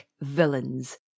villains